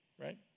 right